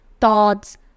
thoughts